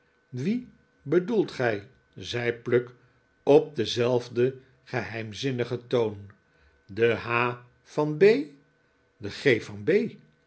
wie bedoelt gij zei pluck op denzelfden geheimzinnigen toon de h van b de g van b